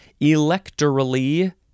electorally